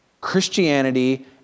Christianity